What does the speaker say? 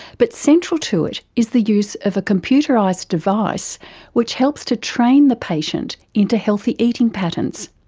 but central to it is the use of a computerised device which helps to train the patient into healthy eating patterns.